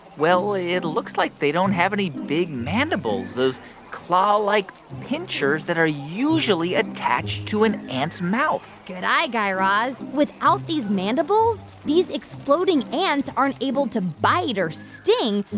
well, it looks like they don't have any big mandibles those claw-like pinchers that are usually attached to an ant's mouth good eye, guy raz. without these mandibles, these exploding ants aren't able to bite or sting,